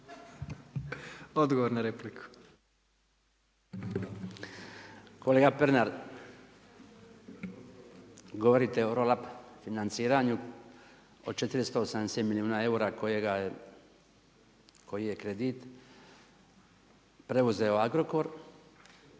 Branko (HDZ)** Kolega Pernar, govorite o roll-up financiranju, o 480 milijuna eura koji je kredit preuzeo Agrokor,